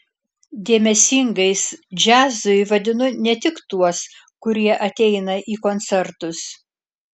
dėmesingais džiazui vadinu ne tik tuos kurie ateina į koncertus